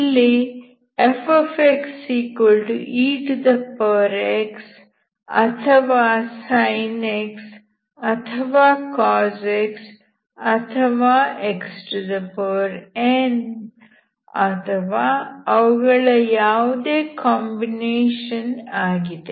ಇಲ್ಲಿ fxex ಅಥವಾ sin x ಅಥವಾ cos x ಅಥವಾ xn ಅಥವಾ ಅವುಗಳ ಯಾವುದೇ ಕಾಂಬಿನೇಷನ್ ಆಗಿದೆ